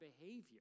behavior